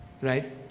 right